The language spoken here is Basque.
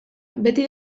beti